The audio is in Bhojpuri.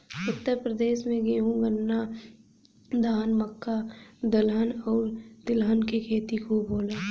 उत्तर प्रदेश में गेंहू, गन्ना, धान, मक्का, दलहन आउर तिलहन के खेती खूब होला